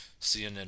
CNN